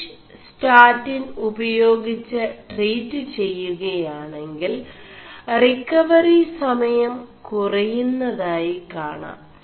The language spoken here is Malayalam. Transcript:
മിഷ് ¶ാിൻ ഉപേയാഗിg് 4ടീ് െചgകയാെണ ിൽ റി വറി സമയം കുറയുMതായി കാണാം